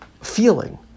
feeling